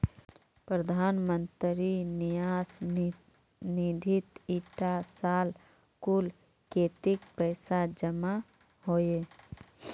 प्रधानमंत्री न्यास निधित इटा साल कुल कत्तेक पैसा जमा होइए?